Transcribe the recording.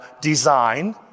design